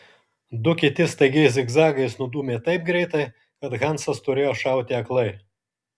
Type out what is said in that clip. du kiti staigiais zigzagais nudūmė taip greitai kad hansas turėjo šauti aklai